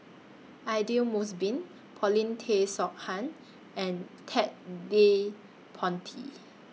Aidli Mosbit Paulin Tay and Ted De Ponti